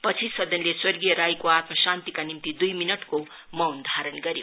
पछि सदनले स्वर्गीय राईको आत्मा शान्तिका निम्ति दुई मिन्टको मौन धारण गर्यो